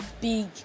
big